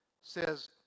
says